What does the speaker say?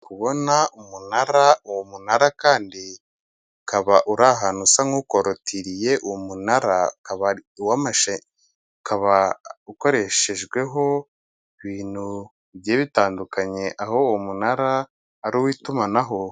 Ndi kubona umunara, uwo munara kandi ukaba uri ahantu usa nk'ukorotiriye, uwo munara ukaba ukoreshejweho ibintu bigiye bitandukanye aho uwo munara ari uw'itumanaho.